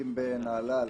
משחקים בנהלל,